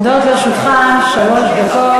אני מודה לחבר הכנסת טלב אבו עראר.